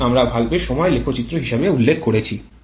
এটিই আমরা ভালভের সময় লেখচিত্র হিসাবে উল্লেখ করেছি